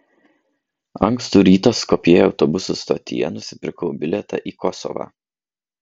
ankstų rytą skopjė autobusų stotyje nusipirkau bilietą į kosovą